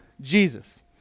Jesus